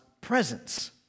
presence